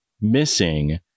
missing